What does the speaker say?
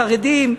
החרדים,